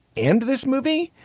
and this movie,